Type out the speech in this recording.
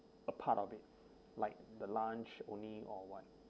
a part of it like the lunch only or one